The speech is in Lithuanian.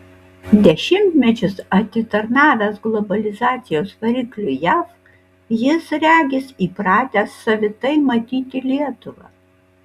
dešimtmečius atitarnavęs globalizacijos varikliui jav jis regis įpratęs savitai matyti lietuvą